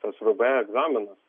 tas vbe egzaminus